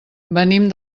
venim